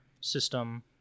system